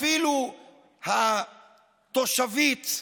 אפילו התושבית.